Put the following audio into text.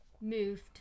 moved